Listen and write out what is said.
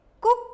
Cook